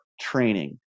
training